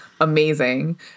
amazing